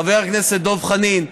חבר הכנסת דב חנין,